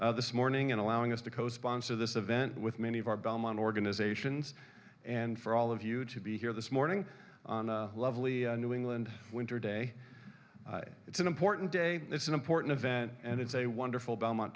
selectmen this morning and allowing us to co sponsor this event with many of our belmont organizations and for all of you to be here this morning on a lovely new england winter day it's an important day it's an important event and it's a wonderful belmont